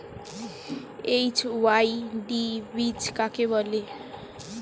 HYV বীজ কাকে বলে?